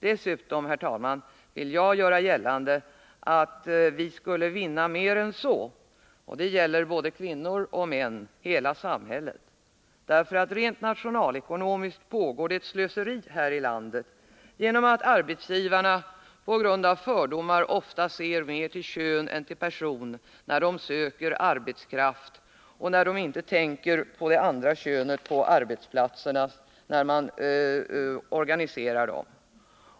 Dessutom, herr talman, vill jag göra gällande att vi skulle vinna mer än så, och det gäller både kvinnor, män och samhälle. Rent nationalekonomiskt pågår det ett slöseri här i landet genom att arbetsgivarna på grund av fördomar ofta ser mer till kön än till person när de söker arbetskraft och inte tänker på det andra könet på arbetsplatserna när man organiserar dem.